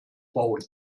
bauen